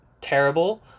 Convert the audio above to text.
terrible